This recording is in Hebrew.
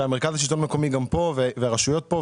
המרכז לשלטון מקומי והרשויות נמצאים פה,